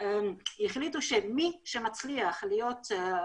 היה לנו חוזה NOI ו-MOU ביד לחתום כדי למכור גז למצרים,